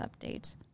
updates